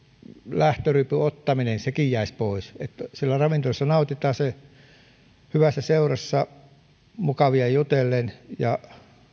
lähtöryypyn ottaminenkin jäisi pois siellä ravintolassa nautitaan hyvässä seurassa mukavia jutellen ja